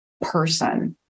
person